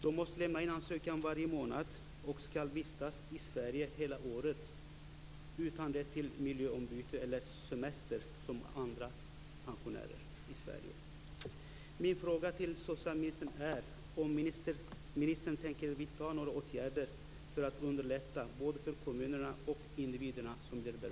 De måste alltså lämna in en ansökan varje månad, och de skall vistas i Sverige hela året utan rätt till vare sig miljöombyte eller semester som andra pensionärer i Sverige har.